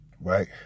right